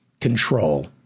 control